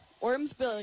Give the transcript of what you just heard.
Ormsby